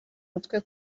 mutwe